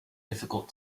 difficult